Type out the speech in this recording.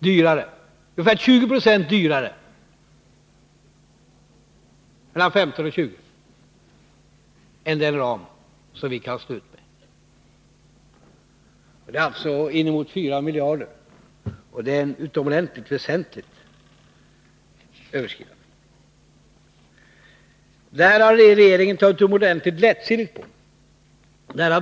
15-20 90, dyrare än den ram som vi kan stå ut med. Inemot 4 miljarder är ett utomordentligt väsentligt överskridande. Regeringen har tagit oerhört lättsinnigt på detta.